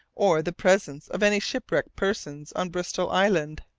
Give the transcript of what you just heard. or the presence of any shipwrecked persons on bristol island.